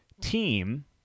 team